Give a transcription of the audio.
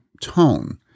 tone